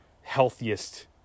healthiest